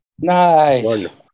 Nice